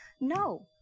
No